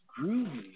groovy